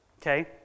Okay